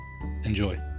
Enjoy